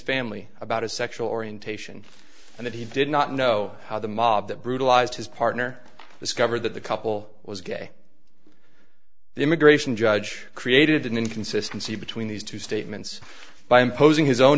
family about his sexual orientation and that he did not know how the mob that brutalized his partner discovered that the couple was gay the immigration judge created an inconsistency between these two statements by imposing his own